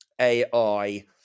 AI